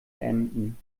emden